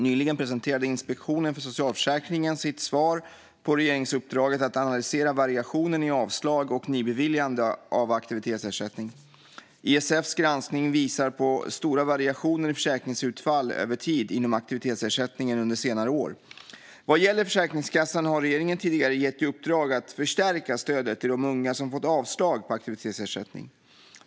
Nyligen presenterade Inspektionen för socialförsäkringen sitt svar på regeringsuppdraget att analysera variationen i avslag och nybeviljande av aktivitetsersättning. ISF:s granskning visar på stora variationer i försäkringsutfall över tid inom aktivitetsersättningen under senare år. Vad gäller Försäkringskassan har regeringen tidigare gett i uppdrag att förstärka stödet till de unga som får avslag på aktivitetsersättning.